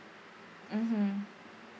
mmhmm